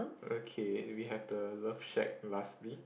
okay we have the love shack lastly